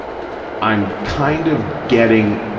i'm kind of getting,